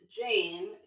Jane